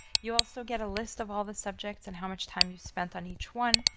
you also get a list of all the subjects and how much time you spent on each one.